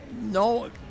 no